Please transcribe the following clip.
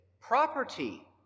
property